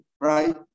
right